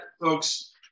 folks